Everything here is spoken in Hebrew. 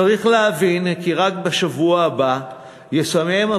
צריך להבין כי רק בשבוע הבא יסיים את